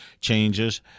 changes